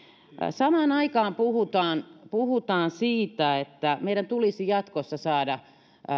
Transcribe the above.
samaan aikaan puhutaan puhutaan siitä että meidän tulisi jatkossa saada